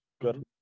good